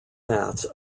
mats